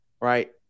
right